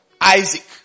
Isaac